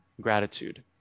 gratitude